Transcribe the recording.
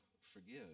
forgive